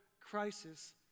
crisis